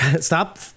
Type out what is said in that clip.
Stop